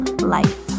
life